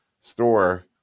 store